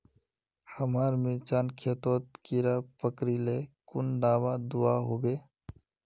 हमार मिर्चन खेतोत कीड़ा पकरिले कुन दाबा दुआहोबे?